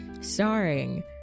starring